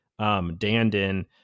Danden